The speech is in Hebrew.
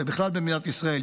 ובכלל במדינת ישראל,